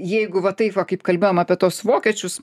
jeigu va taip va kaip kalbėjom apie tuos vokiečius